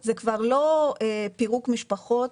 זה כבר לא פירוק משפחות.